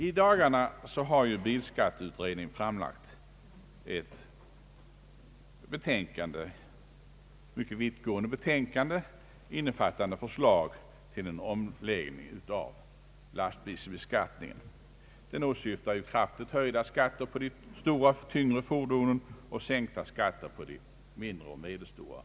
I dagarna har ju bilskatteutredningen framlagt ett mycket vittgående betänkande innefattande förslag till en omläggning av lastbilsbeskattningen. Förslaget åsyftar kraftigt höjda skatter på de stora och tyngre fordonen och sänkta skatter på de mindre och medelstora.